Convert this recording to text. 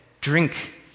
drink